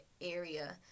area